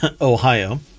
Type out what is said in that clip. ohio